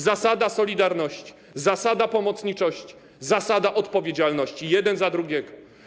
Zasada solidarności, zasada pomocniczości, zasada odpowiedzialności jeden za drugiego.